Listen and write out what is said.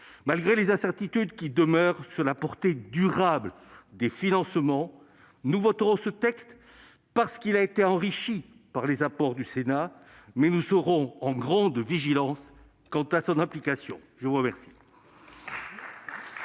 Malgré les incertitudes qui demeurent sur la portée durable des financements, nous voterons ce texte parce qu'il a été enrichi par les apports du Sénat, mais nous serons extrêmement vigilants quant à son application. La discussion